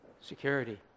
security